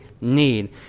Need